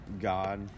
God